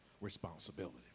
responsibility